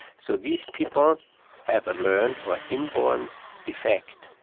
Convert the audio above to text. so these people have a learned or inborn defect,